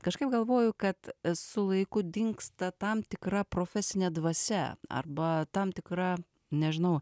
kažkaip galvoju kad su laiku dingsta tam tikra profesine dvasia arba tam tikra nežinau